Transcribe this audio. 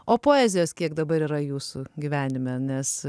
o poezijos kiek dabar yra jūsų gyvenime nes